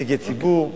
נציגי ציבור,